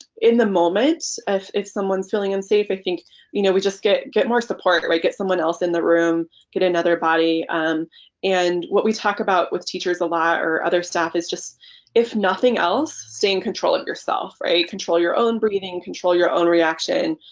in the moment if someone's feeling unsafe i think you know we just get get more support support get someone else in the room get another body and what we talked about with teachers a lot or other staff is just if nothing else stay in control of yourself right control your own breathing control your own reaction